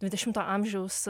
dvidešimto amžiaus